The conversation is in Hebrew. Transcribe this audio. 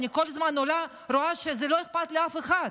אני כל הזמן רואה שזה לא אכפת לאף אחד.